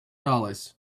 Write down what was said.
dollars